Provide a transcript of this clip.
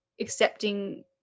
accepting